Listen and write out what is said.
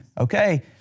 Okay